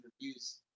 reviews